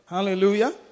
Hallelujah